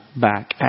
back